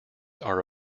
are